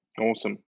Awesome